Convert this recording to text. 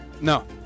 No